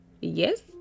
yes